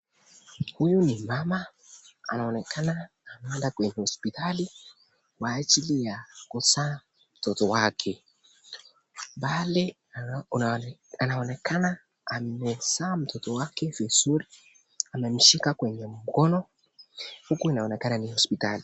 Huyu ni mama anaonekana ameenda kwenye hospitalini kwa ajili ya kuzaa mtoto wake, bali anaonekana amezaa mtoto wake vizuri amemshika kwenye mikono huku inaonekana ni hospitali.